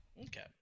Okay